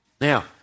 Now